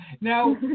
Now